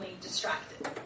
distracted